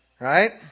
Right